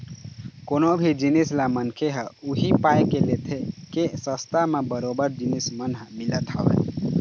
कोनो भी जिनिस ल मनखे ह उही पाय के लेथे के सस्ता म बरोबर जिनिस मन ह मिलत हवय